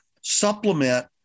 supplement